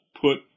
Put